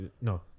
No